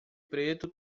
preto